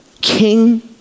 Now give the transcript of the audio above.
King